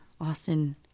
austin